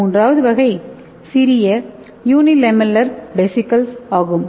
மூன்றாவது வகை சிறிய யூனி லேமல்லர் வெசிகல்ஸ் எஸ்யூவி ஆகும்